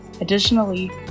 Additionally